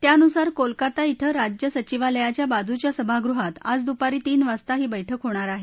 त्यानुसार कोलकाता ब्रिल्या राज्य सचिवालयाच्या बाजूच्या सभागृहात आज दुपारी तीन वाजता ही बर्क्क होणार आहे